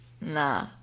Nah